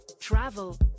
travel